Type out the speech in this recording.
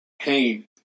pain